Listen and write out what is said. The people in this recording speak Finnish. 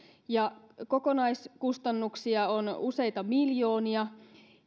ja kokonaiskustannuksia on useita miljoonia